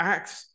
Acts